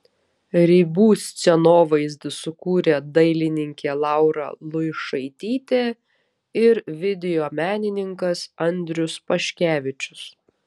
ribų scenovaizdį sukūrė dailininkė laura luišaitytė ir video menininkas andrius paškevičius